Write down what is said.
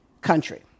country